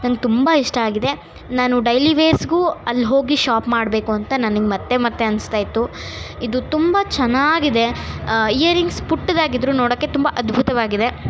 ನಂಗೆ ತುಂಬ ಇಷ್ಟ ಆಗಿದೆ ನಾನು ಡೈಲಿ ವೇರ್ಸ್ಗೂ ಅಲ್ಹೋಗಿ ಶಾಪ್ ಮಾಡಬೇಕು ಅಂತ ನನಗೆ ಮತ್ತೆ ಮತ್ತೆ ಅನಿಸ್ತಾಯಿತ್ತು ಇದು ತುಂಬ ಚೆನ್ನಾಗಿದೆ ಇಯರಿಂಗ್ಸ್ ಪುಟ್ಟದಾಗಿದ್ರು ನೋಡೋಕ್ಕೆ ತುಂಬ ಅದ್ಭುತವಾಗಿದೆ